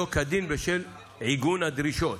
בשל עיגון דרישות